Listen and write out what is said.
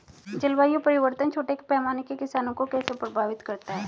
जलवायु परिवर्तन छोटे पैमाने के किसानों को कैसे प्रभावित करता है?